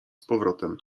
powrotem